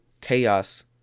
chaos